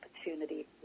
opportunity